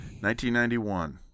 1991